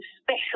special